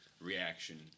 reaction